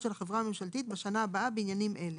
של החברה הממשלתית בשנה הבאה בעניינים אלה: